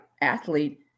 athlete